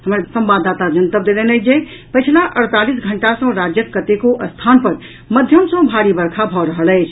हमर संवाददाता जनबत देलनि अछि जे पछिला अड़तालीस घंटा सँ राज्यक कतेको स्थान पर मध्यम सँ भारी वर्षा भऽ रहल अछि